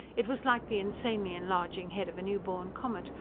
it was like the insanely enlarging head of a newborn comet,